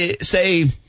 say –